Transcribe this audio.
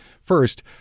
First